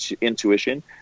intuition